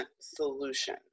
solution